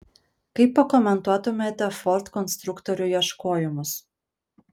kaip pakomentuotumėte ford konstruktorių ieškojimus